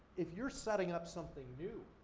if you're setting up something new,